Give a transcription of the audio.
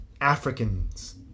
Africans